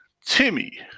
Timmy